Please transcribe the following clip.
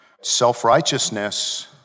Self-righteousness